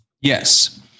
yes